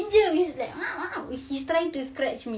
ginger is like he's trying to scratch me